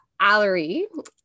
Allery